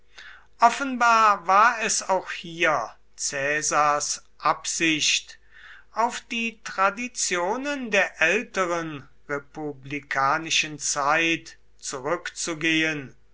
offenbar war es auch hier caesars absicht auf die traditionen der älteren republikanischen zeit zurückzugehen